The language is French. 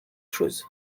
chose